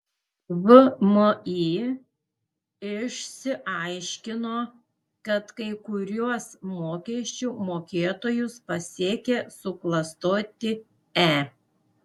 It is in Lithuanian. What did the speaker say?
vmi išsiaiškino kad kai kuriuos mokesčių mokėtojus pasiekė suklastoti e